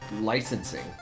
licensing